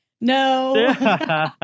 No